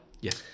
Yes